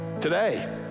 today